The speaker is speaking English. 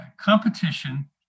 competition